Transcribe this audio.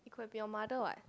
it could have been your mother [what]